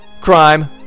crime